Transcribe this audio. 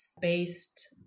based